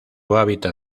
hábitat